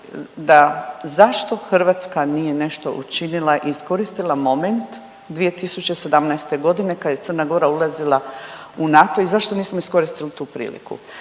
da zašto Hrvatska nije nešto učinila i iskoristila moment 2017.g. kad je Crna Gora ulazila u NATO i zašto nismo iskoristili tu priliku,